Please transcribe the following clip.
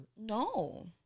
No